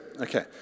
Okay